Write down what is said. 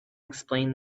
explained